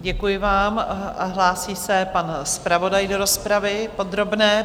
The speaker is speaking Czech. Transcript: Děkuji vám a hlásí se pan zpravodaj do rozpravy podrobné.